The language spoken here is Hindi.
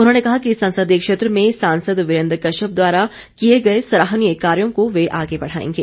उन्होंने कहा कि संसदीय क्षेत्र में सांसद वीरेन्द्र कश्यप द्वारा किए गए सराहनीय कार्यों को वे आगे बढ़ाएंगे